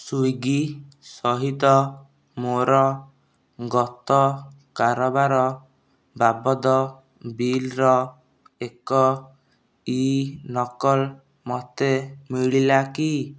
Swiggy ସହିତ ମୋର ଗତ କାରବାର ବାବଦ ବିଲ୍ର ଏକ ଇ ନକଲ ମୋତେ ମିଳିଲା କି